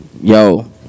Yo